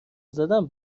زدن